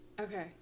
Okay